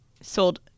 sold